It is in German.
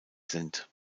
sind